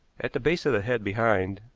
at the base of the head behind,